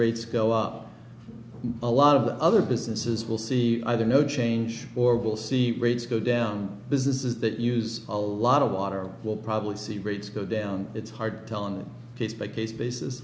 rates go up a lot of the other businesses will see either no change or will see rates go down businesses that use a lot of water will probably see rates go down it's hard to tell in the case by case basis